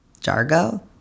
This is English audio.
Jargo